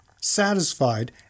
satisfied